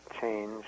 change